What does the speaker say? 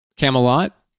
Camelot